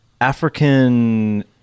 African